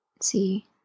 See